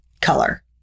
color